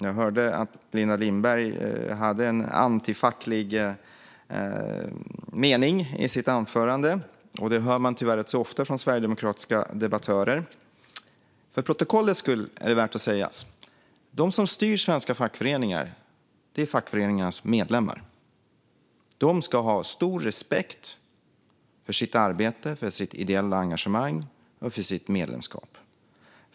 Jag hörde att Linda Lindberg hade en antifacklig inställning i sitt sista inlägg. Det hör man tyvärr rätt ofta från sverigedemokratiska debattörer. För protokollets skull är detta värt att sägas. De som styr svenska fackföreningar är fackföreningarnas medlemmar. De ska ha stor respekt för sitt arbete, sitt ideella engagemang och sitt medlemskap.